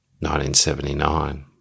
1979